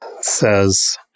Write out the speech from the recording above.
says